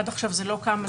עד עכשיו זה לא קם,